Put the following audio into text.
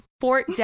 Fort